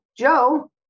Joe